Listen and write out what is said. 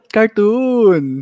cartoon